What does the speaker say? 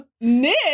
Nick